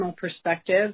perspective